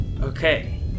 Okay